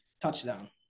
Touchdown